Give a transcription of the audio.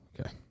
Okay